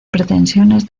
pretensiones